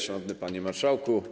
Szanowny Panie Marszałku!